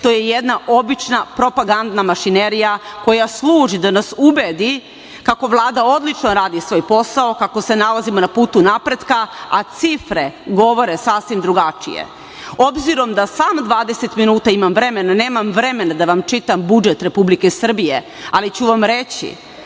to je jedna obična propagandna mašinerija koja služi da nas ubedi kako Vlada odlično radi svoj posao, kako se nalazimo na putu napretka, a cifre govore sasvim drugačije.S obzirom na to da samo 20 minuta imam vremena, nemam vremena da vam čitam budžet Republike Srbije, ali ću vam reći